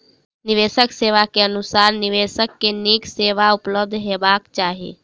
निवेश सेवा के अनुसार निवेशक के नीक सेवा उपलब्ध हेबाक चाही